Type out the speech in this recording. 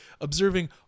observing